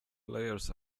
players